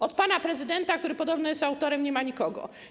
Od pana prezydenta, który podobno jest autorem, nie ma nikogo.